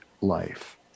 life